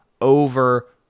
over